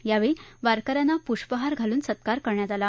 यावेळी वारकऱ्यांचा पुष्पहार घालून सत्कार करण्यात आला